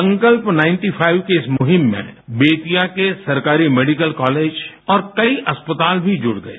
संकल्प ninety five की इस मुहिम में बेतिया के सरकारी मेडिकल कालेज और कई अस्पताल भी जुड़ गये